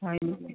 হয় নেকি